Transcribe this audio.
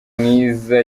mwiza